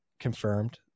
Confirmed